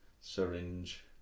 Syringe